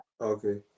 Okay